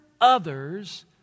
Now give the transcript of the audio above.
others